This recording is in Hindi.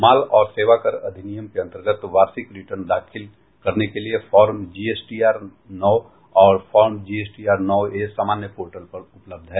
माल और सेवा कर अधिनियम के अंतर्गत वार्षिक रिटर्न दाखिल करने के लिए फॉर्म जीएसटीआर नौ और फॉर्म जीएसटीआर नौ ए सामान्य पोर्टल पर उपलब्ध है